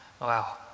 Wow